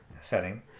setting